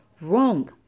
Wrong